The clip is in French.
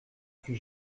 fut